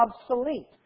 obsolete